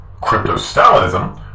Crypto-Stalinism